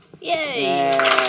Yay